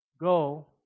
go